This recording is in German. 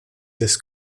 des